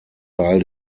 teil